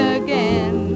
again